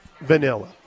vanilla